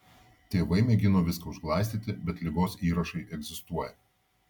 tėvai mėgino viską užglaistyti bet ligos įrašai egzistuoja